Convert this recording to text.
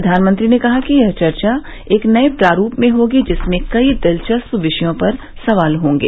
प्रधानमंत्री ने कहा कि यह चर्चा एक नए प्रारूप में होगी जिसमें कई दिलचस्प विषयों पर सवाल होंगे